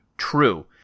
True